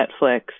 Netflix